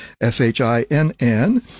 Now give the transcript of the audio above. S-H-I-N-N